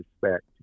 respect